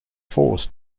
forced